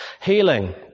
Healing